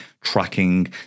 tracking